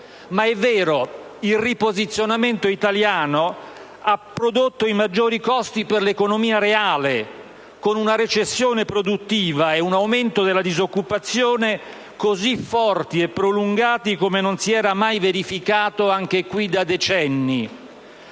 Ma è vero che il riposizionamento italiano ha prodotto i maggiori costi per l'economia reale - come sappiamo - con una recessione produttiva e un aumento della disoccupazione così intensi e prolungati come non si era mai verificato - anche in questo